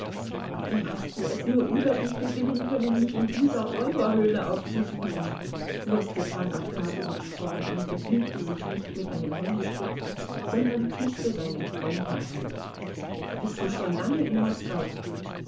wie hast du es nur über dich gewinnen können mich in dieser räuberhöhle aufzusuchen fuhr stepan arkadjewitsch fort und begnügte sich nicht mit einem händedruck sondern küßte seinen freund herzlich bist du schon lange in moskau